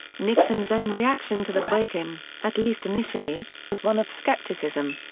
nixon's own reaction to the break-in, at least initially, was one of skepticism.